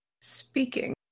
Speaking